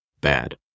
bad